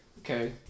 Okay